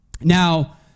Now